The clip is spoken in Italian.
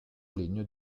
legno